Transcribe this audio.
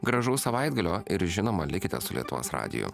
gražaus savaitgalio ir žinoma likite su lietuvos radiju